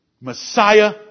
Messiah